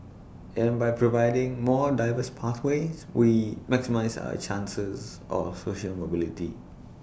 and by providing more diverse pathways we maximise our chances of social mobility